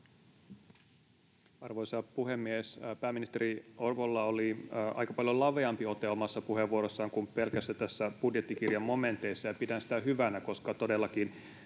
Arvoisa puhemies! Pääministeri Orvolla oli aika paljon laveampi ote omassa puheenvuorossaan kuin pelkästään näistä budjettikirjan momenteista, ja pidän sitä hyvänä, koska todellakin